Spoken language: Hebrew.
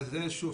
שוב,